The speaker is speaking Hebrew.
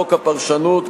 חוק הפרשנות,